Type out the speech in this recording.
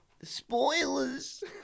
Spoilers